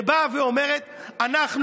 שבאה ואומרת: לנו